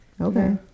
Okay